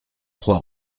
trois